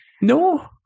No